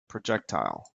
projectile